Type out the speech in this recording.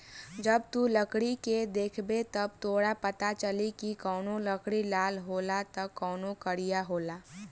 जब तू लकड़ी के देखबे त तोरा पाता चली की कवनो लकड़ी लाल होला त कवनो करिया होला